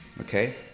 Okay